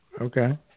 okay